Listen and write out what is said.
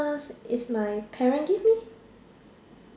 because is my parent give me